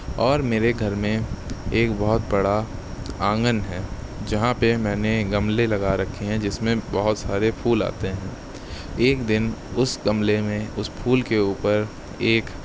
اور میرے گھر میں ایک بہت بڑا آنگن ہے جہاں پہ میں نے گملے لگا رکھے ہیں جس میں بہت سارے پھول آتے ہیں ایک دن اس گملے میں اس پھول کے اوپر ایک